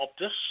Optus